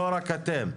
זה לא רק אתם.